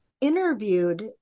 interviewed